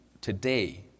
today